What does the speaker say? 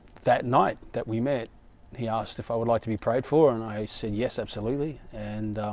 that night that, we met he asked if i would like to be prayed for and i said yes absolutely and